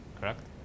correct